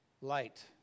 light